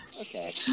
okay